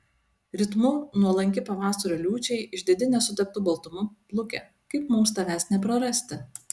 ritmu nuolanki pavasario liūčiai išdidi nesuteptu baltumu pluke kaip mums tavęs neprarasti